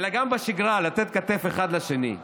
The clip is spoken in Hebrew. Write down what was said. אלא גם בשגרה, לתת כתף אחד לשני.